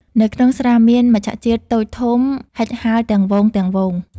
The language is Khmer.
នៅក្នុងស្រះ មានមច្ឆជាតិតូចធំហិចហែលទាំងហ្វូងៗ។